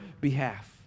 behalf